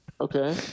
Okay